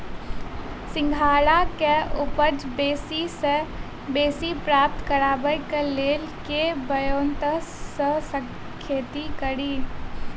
सिंघाड़ा केँ उपज बेसी सऽ बेसी प्राप्त करबाक लेल केँ ब्योंत सऽ खेती कड़ी?